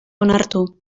onartu